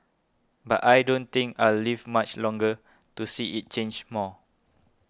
but I don't think I'll live much longer to see it change more